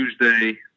Tuesday